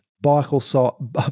bicycle